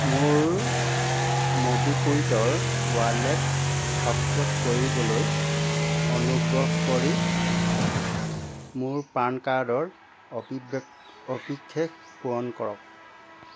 মোৰ ম'বিকুইটৰ ৱালেট সক্ৰিয় কৰিবলৈ অনুগ্ৰহ কৰি মোৰ পান কাৰ্ডৰ অবিবেক অবিশেষ পূৰণ কৰক